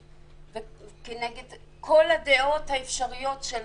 כנגד כל הדעות האפשרויות של